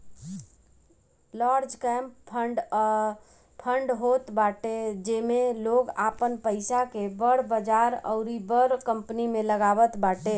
large cap fund उ fund होत बाटे जेमे लोग आपन पईसा के बड़ बजार अउरी बड़ कंपनी में लगावत बाटे